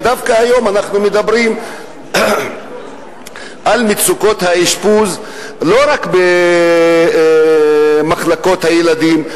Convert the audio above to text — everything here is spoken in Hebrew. ודווקא היום אנחנו מדברים על מצוקות האשפוז לא רק במחלקות הילדים,